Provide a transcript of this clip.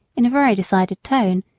in a very decided tone,